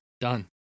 done